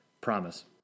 promise